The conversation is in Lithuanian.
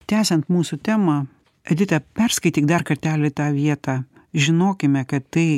tęsiant mūsų temą edita perskaityk dar kartelį tą vietą žinokime kad tai